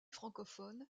francophones